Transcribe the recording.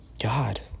god